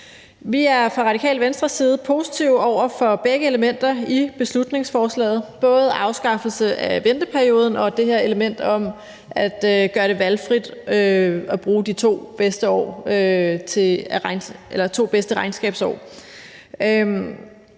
Vi er fra Det Radikale Venstres side positive over for begge elementer i beslutningsforslaget, både afskaffelse af venteperioden og det her element om at gøre det valgfrit at bruge de to bedste regnskabsår.